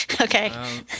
Okay